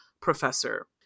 professor